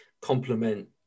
complement